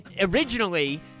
originally